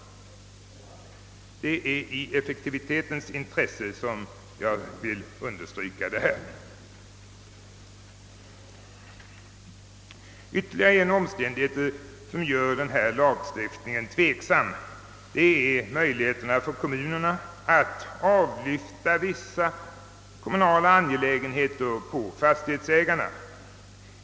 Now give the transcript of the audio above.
Det är i effektivitetens intresse jag vill understryka detta. Det är ytterligare en omständighet som gör ifrågavarande lagstiftning tveksam. Den gäller möjligheterna för kommunerna att avlyfta vissa kommunala angelägenheter på fastighetsägarna.